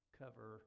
cover